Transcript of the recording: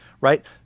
right